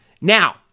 Now